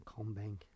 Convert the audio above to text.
Combank